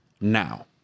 Now